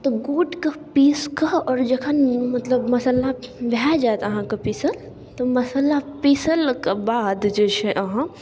तऽ गोटके पीसिकऽ आओर जखन मतलब मसल्ला भऽ जाएत अहाँके पीसल तऽ मसल्ला पिसलके बाद जे छै अहाँ